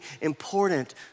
important